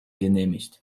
genehmigt